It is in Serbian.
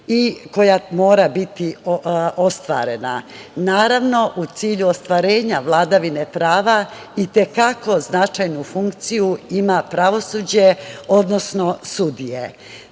i koja mora biti ostvarena. Naravno, u cilju ostvarenja vladavine prava i te kako značajnu funkciju ima pravosuđe, odnosno sudije. Danas